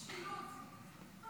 משילות.